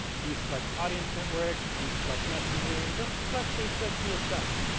deselect audience network, deselect messenger, and just let facebook be itself.